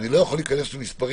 אני לא יכול להיכנס למספרים,